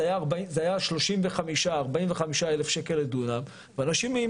זה היה 35-45 אלף ₪ לדונם ואנשים עם